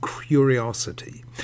curiosity